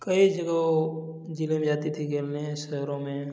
कई जगहों जिलें में जाती थी गेम में शहरों में